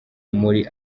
muri